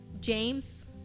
James